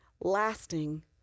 lasting